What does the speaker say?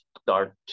start